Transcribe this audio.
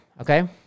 okay